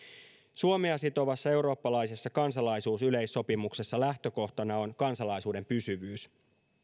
suomea sitovassa eurooppalaisessa kansalaisuusyleissopimuksessa lähtökohtana on kansalaisuuden pysyvyys